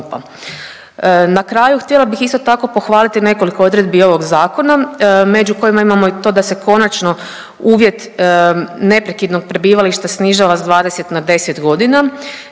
Na kraju htjela bih isto tako pohvaliti nekoliko odredbi ovog zakona među kojima imamo i to da se konačno uvjet neprekidnog prebivališta snižava s 20. na 10.g..